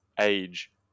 age